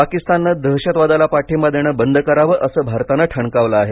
पाकिस्तानने दहशतवादाला पाठिंबा देणे बंद करावे असे भारताने ठणकावले आहे